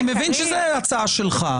אני מבין שזו הצעה שלך,